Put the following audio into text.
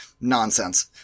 nonsense